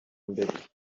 mbere